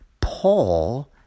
Paul